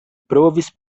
provis